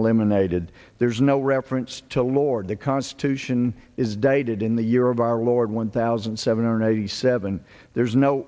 eliminated there's no reference to lord the constitution is dated in the year of our lord one thing thousand seven hundred eighty seven there's no